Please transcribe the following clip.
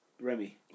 Remy